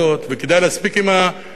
וכדאי להפסיק עם הספינים,